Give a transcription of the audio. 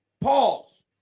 Pause